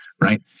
right